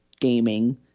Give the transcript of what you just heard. gaming